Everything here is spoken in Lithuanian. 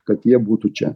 kad jie būtų čia